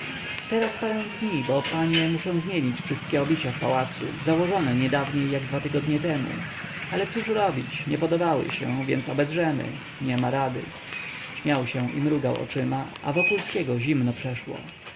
tylko parę dni bo panie muszę zmienić wszystkie obicia w pałacu założone niedawniej jak dwa tygodnie temu ale cóż robić nie podobały się więc obedrzemy niema rady śmiał się i mrugał oczyma a wokulskiego zimno przeszło